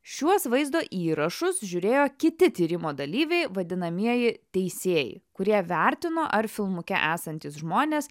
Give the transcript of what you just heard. šiuos vaizdo įrašus žiūrėjo kiti tyrimo dalyviai vadinamieji teisėjai kurie vertino ar filmuke esantys žmonės